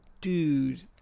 Dude